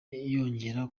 yongera